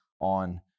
on